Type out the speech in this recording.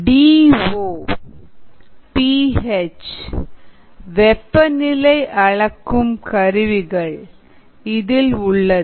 D O P H வெப்பநிலை அளக்கும் கருவிகள் இதில் உள்ளது